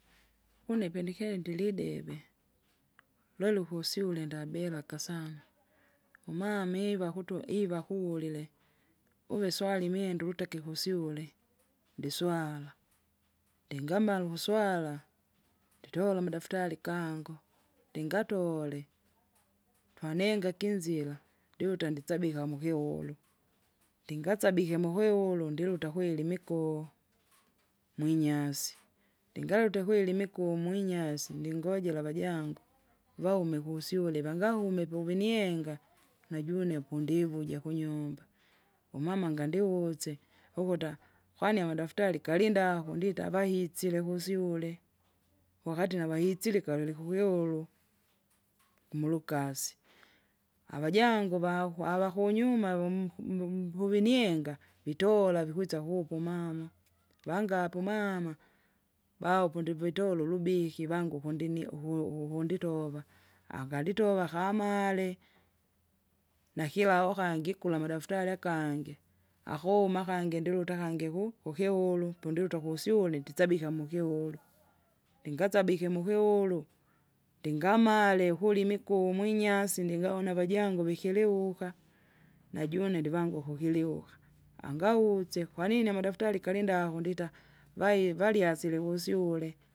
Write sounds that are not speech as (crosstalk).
Une pendi kendile idebe, loli ukusyule ndabelaka sana, (noise) umama iva kutu iva kuulile, uwe swali imwenda ukuta akikusyule, ndiswala, ndingamala ukuswala, nditola amadaftari kangu, (noise) ndingatole, twanenga kinzira, ndiuta ndisabika mukiulu ndingasabike mukiulu ndiluta kweli imikuhu, mwinyasi. Ndingalute kweli imikuu mwinyasi ndingojela avajangu, vaume kusyule vangahume puvinienga, (noise) najune pundivuja kunyumba. Umama ngandiuze, ukuta kwani amadaftari galindako? avahitsile kusyule, wakati navahitsilika lulikukihulu, mulukasi. Avajangu vakwa avakunyuma voump- voumpuvinienga vitola vikwisa kuku mama, (noise) vangapu mama, baupu ndivitora ulubiki vanguku ndinie uku- ukunditova. Angalitova akamale, nakiwa wakangi kula madaftari akangi, akuma akangi ndiluta akangi ku- kukiulu (noise) pundiluta kusyule ndisabika mukigulu. (noise) Ndingasabike mukiulu ndingamale ukuli imiku mwinyaisi ndingavona avajangu vikiliwuka, najune ndivanguku kiliuka, angautse kwanini amadaftari kalindaho ndita, vai valyasile vusyule.